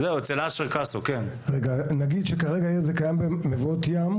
נגיד שכרגע זה קיים במבואות ים,